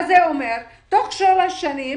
מה זה אומר תוך שלוש שנים